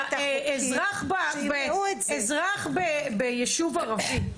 אזרח ביישוב ערבי,